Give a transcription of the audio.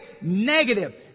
Negative